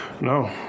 No